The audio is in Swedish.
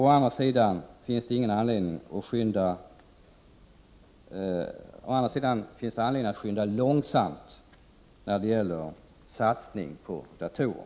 Å andra sidan finns det anledning att skynda långsamt när det gäller satsning på datorer.